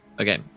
Okay